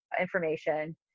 information